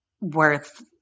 worth